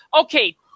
okay